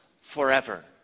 forever